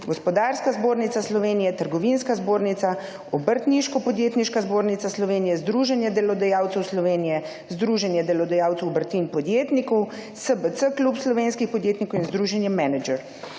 Gospodarska zbornica Slovenije, Trgovinska zbornica, Obrtniško podjetniška zbornica Slovenije, Združenje delodajalcev Slovenije, Združenje delodajalcev obrti in podjetnikov, SBC klub slovenskih podjetnikov in Združenje Menedžer.